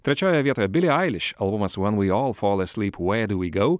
trečioje vietoje billie eilish albumas when we all fall asleep where do we go